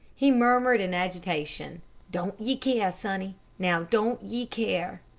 he murmured, in agitation don't ye care, sonny! now don't ye care!